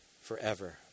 forever